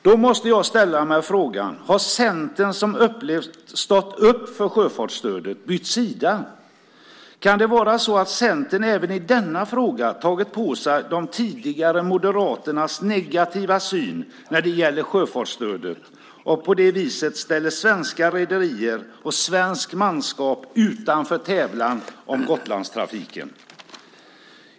Jag måste ställa mig frågan: Har Centern, som har upplevts stå upp för sjöfartsstödet, bytt sida? Kan det vara så att Centern även i denna fråga tagit på sig de tidigare Moderaternas negativa syn när det gäller sjöfartsstödet och på det viset ställer svenska rederier och svenskt manskap utanför tävlan om Gotlandstrafiken?